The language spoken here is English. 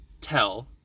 tell